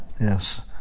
Yes